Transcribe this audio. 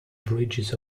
bridges